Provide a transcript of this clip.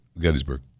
Gettysburg